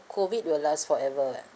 COVID will last forever lah